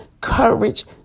courage